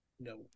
No